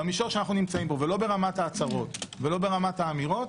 במישור שאנחנו נמצאים בו ולא ברמת ההצהרות ולא ברמת האמירות,